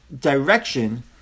direction